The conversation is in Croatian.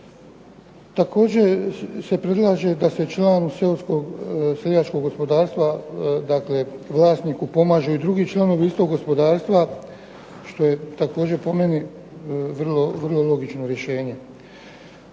Također se predlaže da se član seoskog seljačkog gospodarstva, dakle vlasniku pomažu i drugi članovi istog gospodarstva što je također po meni vrlo logično rješenje.